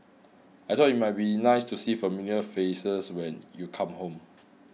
I thought it might be nice to see familiar faces when you come home